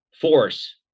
force